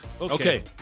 Okay